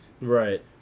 Right